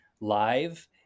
live